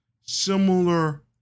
similar